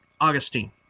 Augustine